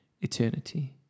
eternity